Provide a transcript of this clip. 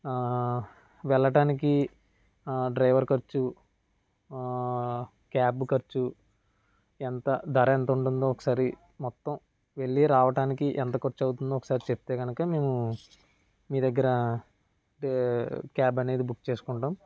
వెళ్ళడానికి అ డ్రైవర్ ఖర్చు క్యాబ్ ఖర్చు ఎంత ధర ఎంత ఉంటుందో ఒకసారి మొత్తం వెళ్లిరావడానికి ఎంత ఖర్చు అవుతుందో ఒకసారి చెప్తే కనుక మేము మీ దగ్గర క్యాబ్ అనేది బుక్ చేసుకుంటాం